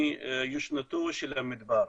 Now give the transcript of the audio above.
מיושנתו של המדבר.